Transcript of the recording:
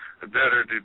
better